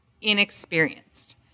inexperienced